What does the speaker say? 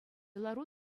лару